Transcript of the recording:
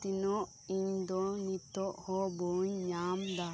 ᱛᱤᱱᱟᱹᱜ ᱤᱧ ᱫᱚ ᱱᱤᱛ ᱦᱚᱸ ᱵᱟᱹᱧ ᱧᱟᱢᱮᱫᱟ